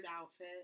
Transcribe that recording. outfit